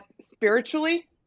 spiritually